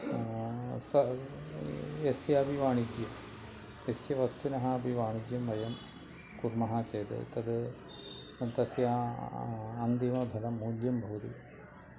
सः यस्यापि वाणिज्ये यस्य वस्तुनः अपि वाणिज्यं वयं कुर्मः चेत् तत् तस्य अन्तिमफलं मूल्यं भवति